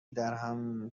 درهم